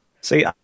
See